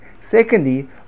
Secondly